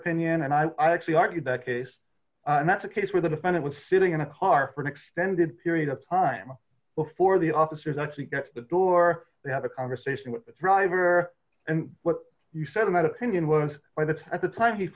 opinion and i actually argued that case that's a case where the defendant was sitting in a car for an extended period of time before the officers actually the door they had a conversation with the driver and what you said in that opinion was by that at the time he